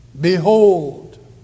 Behold